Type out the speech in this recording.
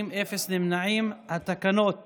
תקנות